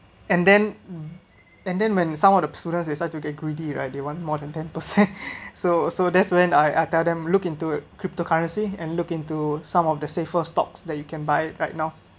and then and then when some of the students they start to get greedy right they want more than ten percent so so that's when I I tell them look into crypto currency and look into some of the safer stocks that you can buy right now